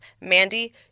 Mandy